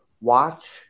watch